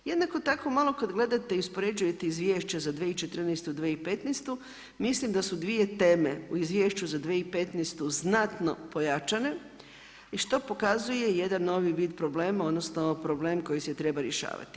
Jednako tako malo kad gledate i uspoređujete izvješća za 2014., 2015., mislim da su dvije teme u izvješću za 2015. znatno pojačane i što pokazuje jedan novi vid problema, odnosno problem koji se treba rješavati.